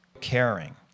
caring